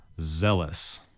zealous